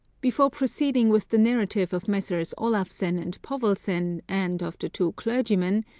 before proceeding with the narrative of messrs. olafsen and povelsen, and of the two clergymen,